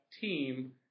team